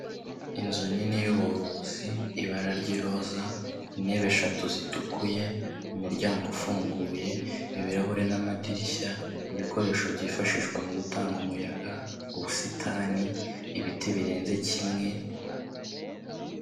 Inzu nini y'ubuvuzi, ibara ry'iroza, intebe eshatu zitukuye, umuryango ufunguye, ibirahuri n'amadirishya, ibikoresho byifashishwa mu gutanga umuyaga, ubusitani, ibiti birenze kimwe.